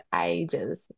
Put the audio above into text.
ages